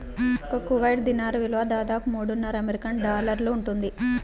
ఒక Kuwait dinar విలువ దాదాపు మూడున్నర అమెరికన్ డాలర్లు ఉంటుంది